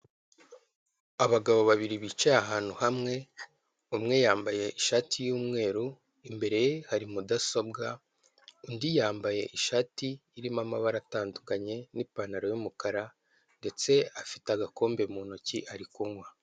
Abagabo babiri bicaye ahantu hamwe, umwe yambaye ishati y'umweru imbere ye hari mudasobwa, undi yambaye ishati irimo amabara atandukanye n'ipantaro y'umukara ndetse afite agakombe mu ntoki ari kunywa.